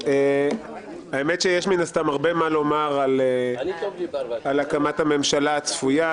האמת שיש הרבה מה לומר על הקמת הממשלה הזו,